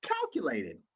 calculated